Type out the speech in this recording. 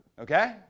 Okay